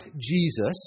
Jesus